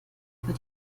über